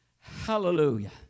Hallelujah